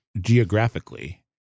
geographically